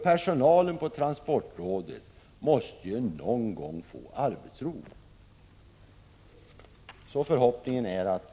Personalen vid transportrådet måste ju någon gång få arbetsro.